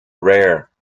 rare